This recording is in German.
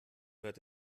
wird